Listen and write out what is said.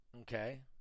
Okay